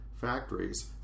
factories